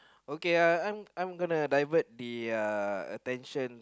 okay I I'm I'm gonna divert the uh attention